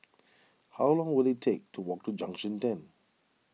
how long will it take to walk to Junction ten